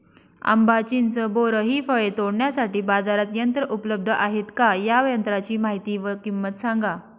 आंबा, चिंच, बोर हि फळे तोडण्यासाठी बाजारात यंत्र उपलब्ध आहेत का? या यंत्रांची माहिती व किंमत सांगा?